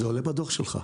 זה עולה מהדוח שלך.